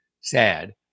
sad